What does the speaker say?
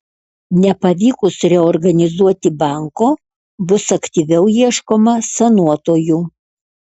nepavykus reorganizuoti banko bus aktyviau ieškoma sanuotojų